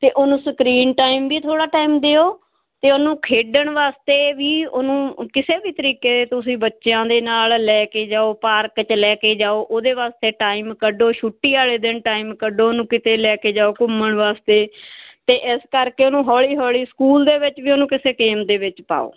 ਤੇ ਉਹਨੂੰ screen time ਵੀ ਥੋੜਾ ਟਾਈਮ ਦਿਓ ਤੇ ਉਹਨੂੰ ਖੇਡਣ ਵਾਸਤੇ ਵੀ ਉਹਨੂੰ ਕਿਸੇ ਵੀ ਤਰੀਕੇ ਤੁਸੀਂ ਬੱਚਿਆਂ ਦੇ ਨਾਲ ਲੈ ਕੇ ਜਾਓ ਪਾਰਕ 'ਚ ਲੈ ਕੇ ਜਾਓ ਉਹਦੇ ਵਾਸਤੇ ਟਾਈਮ ਕੱਢੋ ਛੁੱਟੀ ਵਾਲੇ ਦਿਨ ਟਾਈਮ ਕੱਢੋ ਉਹਨੂੰ ਕਿਤੇ ਲੈ ਕੇ ਜਾਓ ਘੁੰਮਣ ਵਾਸਤੇ ਤੇ ਇਸ ਕਰਕੇ ਉਹਨੂੰ ਹੌਲੀ ਹੌਲੀ ਸਕੂਲ ਦੇ ਵਿੱਚ ਵੀ ਉਹਨੂੰ ਕਿਸੇ ਟੀਮ ਦੇ ਵਿੱਚ ਪਾਓ